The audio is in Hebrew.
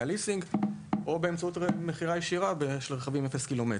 הליסינג; או באמצעות מכירה ישירה של רכבים עם אפס קילומטר.